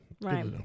Right